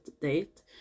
date